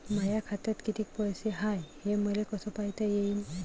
माया खात्यात कितीक पैसे हाय, हे मले कस पायता येईन?